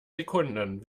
sekunden